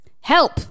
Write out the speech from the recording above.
help